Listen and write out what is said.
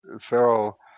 Pharaoh